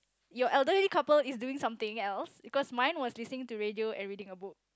your elderly couple is doing something else because mine was listening to radio and reading a book